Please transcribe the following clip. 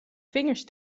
vingers